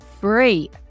free